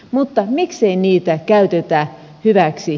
mutta miksei niitä käytetä hyväksi